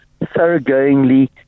thoroughgoingly